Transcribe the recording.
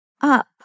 up